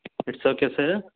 its okay sir